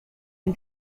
and